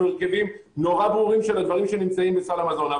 הרכבים נורא ברורים של הדברים שנמצאים בסל המזון.